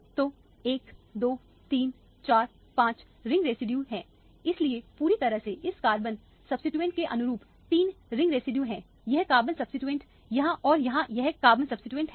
तो 1 2 3 4 5 ring residues हैं इसलिए पूरी तरह से इस कार्बन सब्स्टीट्यूएंट के अनुरूप तीन रिंग रेजिड्यूल्स हैं यह कार्बन सब्स्टीटयूट यहां और यहां यह कार्बन सब्स्टीटयूट हैं